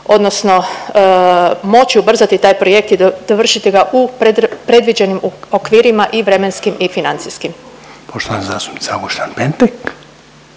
odnosno moći ubrzati taj projekt i dovršiti ga u predviđenim okvirima i vremenskim i financijskim?